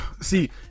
see